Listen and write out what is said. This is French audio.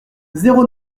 zéro